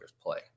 play